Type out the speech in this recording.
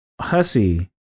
Hussy